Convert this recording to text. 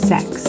Sex